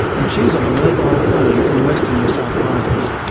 and she's on a mobile phone from western new south wales.